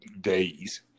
days